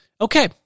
Okay